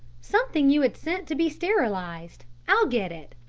something you had sent to be sterilized. i'll get it.